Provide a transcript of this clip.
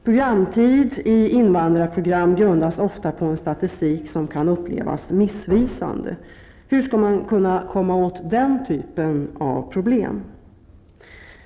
Programtid i invandrarprogram grundas ofta på en statistik som kan upplevas som missvisande. Hur skall man kunna komma åt den typen av problem?